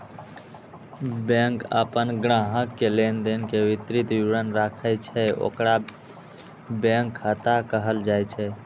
bank अपन ग्राहक के लेनदेन के विस्तृत विवरण राखै छै, ओकरे बैंक खाता कहल जाइ छै